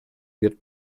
wird